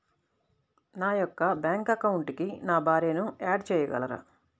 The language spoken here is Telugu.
నా యొక్క బ్యాంక్ అకౌంట్కి నా భార్యని యాడ్ చేయగలరా?